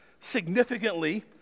Significantly